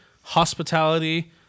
hospitality